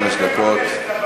חמש דקות.